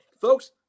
Folks